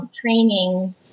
Training